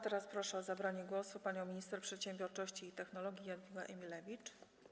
Teraz proszę o zabranie głosu panią minister przedsiębiorczości i technologii Jadwigę Emilewicz.